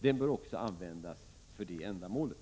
Den bör också användas för det ändamålet.